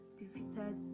defeated